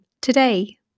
today